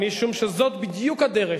משום שזאת בדיוק הדרך